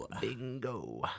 Bingo